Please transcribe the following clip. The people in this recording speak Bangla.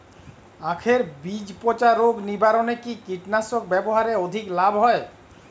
আঁখের বীজ পচা রোগ নিবারণে কি কীটনাশক ব্যবহারে অধিক লাভ হয়?